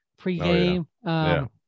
pregame